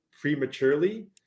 Prematurely